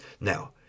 Now